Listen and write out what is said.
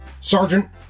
Sergeant